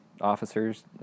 officers